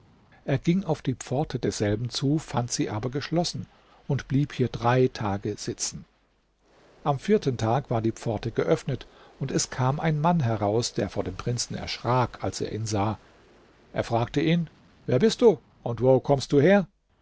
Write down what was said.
er ging auf die pforte desselben zu fand sie aber geschlossen und blieb hier drei tage sitzen am vierten tag war die pforte geöffnet und es kam ein mann heraus der vor dem prinzen erschrak als er ihn sah er fragte ihn wer bist du und wo kommst du her